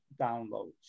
downloads